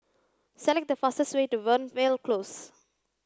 select the fastest way to Fernvale Close